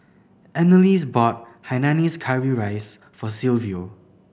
Annalise bought hainanese curry rice for Silvio